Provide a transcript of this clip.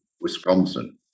Wisconsin